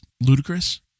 ludicrous